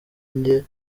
njye